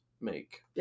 make